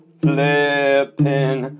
flipping